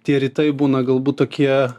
tie rytai būna galbūt tokie